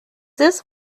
this